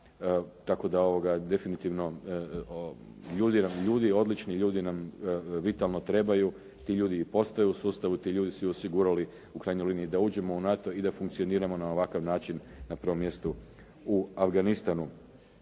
Tako da definitivno ljudi, odlični ljudi nam vitalno trebaju. Ti ljudi postoje u sustavu, ti ljudi su i osigurali u krajnjem slučaju da uđemo u NATO i da funkcioniramo na ovakav način, na prvom mjestu u Afganistanu.